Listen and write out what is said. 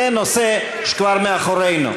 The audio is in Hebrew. זה נושא שכבר מאחורינו.